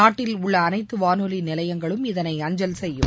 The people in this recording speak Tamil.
நாட்டில் உள்ள அனைத்துவானொலிநிலையங்களும் இதனை அஞ்சல் செய்யும்